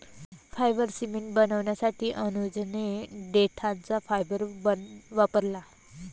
fibre cement बनवण्यासाठी अनुजने देठाचा फायबर वापरला